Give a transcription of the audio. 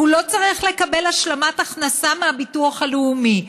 הוא לא צריך לקבל השלמת הכנסה מהביטוח הלאומי,